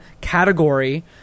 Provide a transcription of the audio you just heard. category